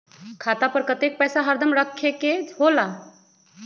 खाता पर कतेक पैसा हरदम रखखे के होला?